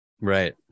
Right